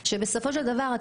שבסופו של דבר,